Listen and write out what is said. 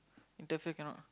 interfere cannot